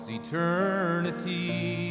eternity